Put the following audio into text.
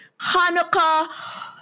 Hanukkah